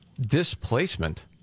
displacement